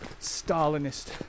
Stalinist